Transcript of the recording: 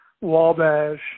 Wabash